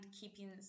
keeping